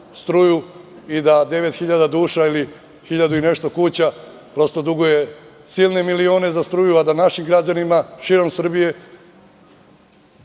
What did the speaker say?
i da 9.000 duša ili hiljadu i nešto kuća duguje silne milione za struju, a da našim građanima širom Srbije